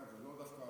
זה לא פרסונלי.